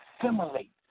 assimilate